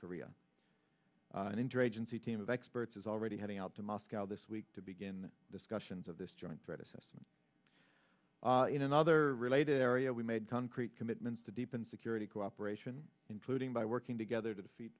interagency team of experts is already heading out to moscow this week to begin discussions of this joint threat assessment other related area we made concrete commitments to deepen security cooperation including by working together to defeat